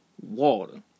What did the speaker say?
water